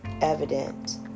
evident